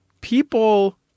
people